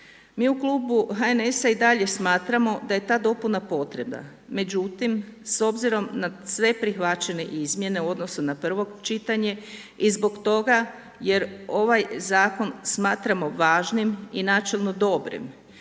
Mi u klubu HNS-a i dalje smatramo da je ta dopuna potrebna, međutim s obzirom na sve prihvaćene izmjene u odnosu na prvo čitanje i zbog toga jer ovaj zakon smatramo važnim i načelno dobrim